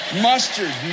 mustard